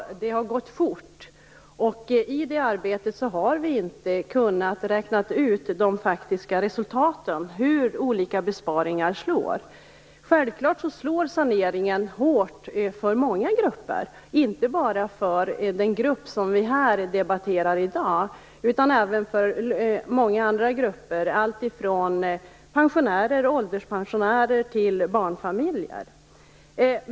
Det har gått fort. I det arbetet har vi inte kunnat räkna ut de faktiska resultaten, dvs. hur olika besparingar slår. Självfallet slår saneringen hårt mot många grupper, inte bara för den grupp vi i dag debatterar. Det gäller även många andra grupper, allt från ålderspensionärer till barnfamiljer.